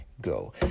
Go